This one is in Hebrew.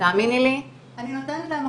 תאמיני לי --- אני יודעת,